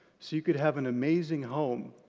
so you could have an amazing home,